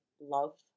love